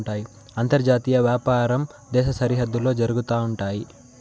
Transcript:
అంతర్జాతీయ వ్యాపారం దేశ సరిహద్దుల్లో జరుగుతా ఉంటయి